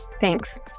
Thanks